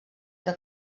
que